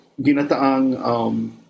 ginataang